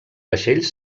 vaixell